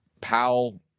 Powell